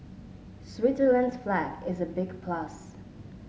Switzerland's flag is a big plus